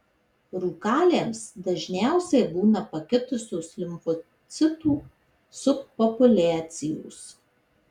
rūkaliams dažniausiai būna pakitusios limfocitų subpopuliacijos